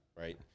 Right